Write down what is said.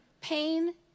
pain